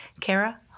Kara